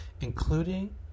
including